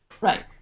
right